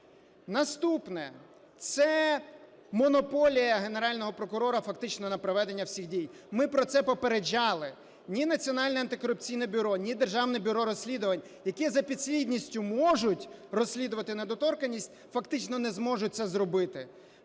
Наступне. Це монополія Генерального прокурора, фактично, на проведення всіх дій, ми про це попереджали. Ні Національне антикорупційне бюро, ні Державне бюро розслідувань, які за підслідністю можуть розслідувати недоторканність, фактично не зможуть це зробити.